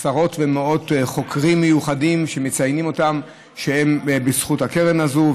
עשרות ומאות חוקרים מיוחדים שמציינים אותם הם בזכות הקרן הזו.